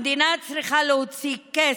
המדינה צריכה להוציא כסף,